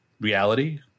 Reality